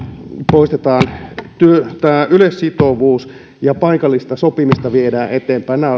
poistetaan yleissitovuus ja paikallista sopimista viedään eteenpäin nämä